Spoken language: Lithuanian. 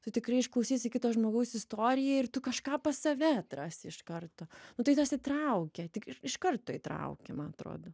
tu tikrai išklausysi kito žmogaus istoriją ir tu kažką pas save atrasi iš karto nu tai tas įtraukia tik iš iš karto įtraukia ma atrodo